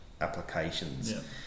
applications